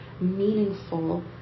meaningful